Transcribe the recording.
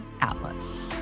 Atlas